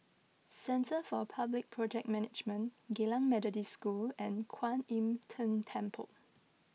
Centre for Public Project Management Geylang Methodist School and Kwan Im Tng Temple